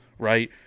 Right